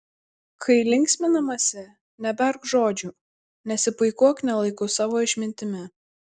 kai linksminamasi neberk žodžių nesipuikuok ne laiku savo išmintimi